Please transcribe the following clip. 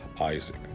isaac